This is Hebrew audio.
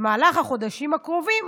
במהלך החודשים הקרובים